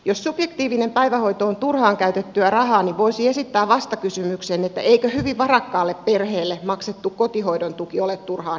jos subjektiivinen päivähoito on turhaan käytettyä rahaa niin voisi esittää vastakysymyksen että eikö hyvin varakkaalle perheelle maksettu kotihoidon tuki ole turhaan heitettyä rahaa